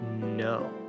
no